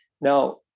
Now